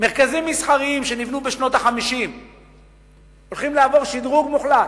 מרכזים מסחריים שנבנו בשנות ה-50 הולכים לעבור שדרוג מוחלט: